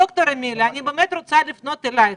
ד"ר אמיליה, אני באמת רוצה לפנות אליך,